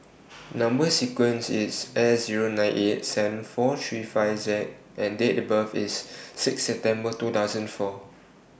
Number sequence IS S Zero nine eight seven four three five Z and Date of birth IS six September two thousand and four